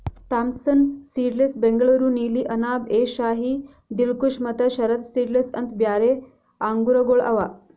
Thompson seedless, Bengaluru ನೀಲಿ, ಅನಾಬ್ ಎ ಶಾಹಿ, ದಿಲ್ಖುಷ ಮತ್ತ Sharad seedless ಅಂತ್ ಬ್ಯಾರೆ ಆಂಗೂರಗೊಳ್ ಅವಾ